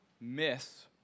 miss